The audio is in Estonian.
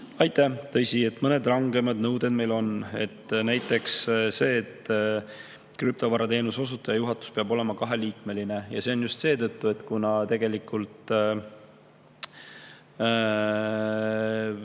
Aitäh! Tõsi, mõned rangemad nõuded meil on, näiteks see, et krüptovarateenuse osutaja juhatus peab olema kaheliikmeline. See on just seetõttu, et tegelikult